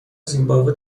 زیمباوه